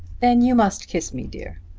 then you must kiss me, dear.